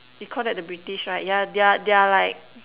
you Call that the British right yeah they're they're like